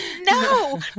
no